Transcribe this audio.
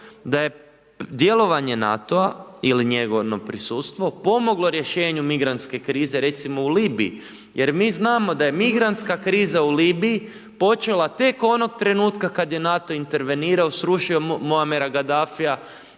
da je djelovanje NATO-a ili njegovo prisustvo pomoglo rješenju migrantske krize, recimo u Libiji, jer mi znamo da je migrantska kriza u Libiji počela tek onog trenutka kada je NATO intervenirao, srušio Muarema Gadafija